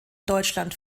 deutschland